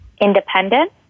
independent